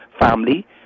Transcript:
family